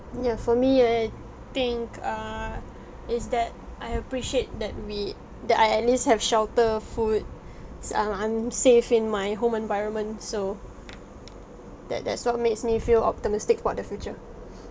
ya for me I think err is that I I appreciate that we that I at least have shelter foods~ I'm I'm safe in my home environment so that that's what makes me feel optimistic about the future